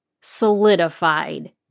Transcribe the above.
solidified